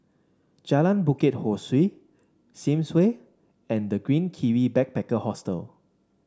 Jalan Bukit Ho Swee Sims Way and The Green Kiwi Backpacker Hostel